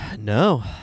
No